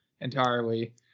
entirely